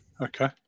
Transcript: Okay